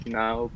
now